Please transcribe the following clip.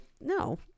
No